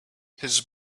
his